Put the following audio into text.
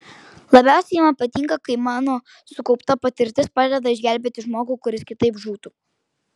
labiausiai man patinka kai mano sukaupta patirtis padeda išgelbėti žmogų kuris kitaip žūtų